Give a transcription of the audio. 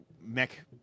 mech